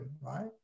right